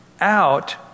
Out